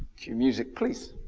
cue music please.